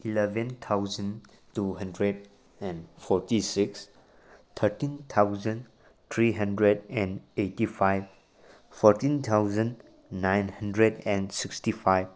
eleven thousand two hundred and forty six thirteen thousand three hundred and forty five fourteen thousand nine hundred and sixty five